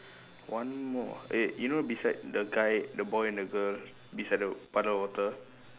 one more ah eh you know beside the guy the boy and the girl beside the puddle of water